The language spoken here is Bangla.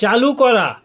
চালু করা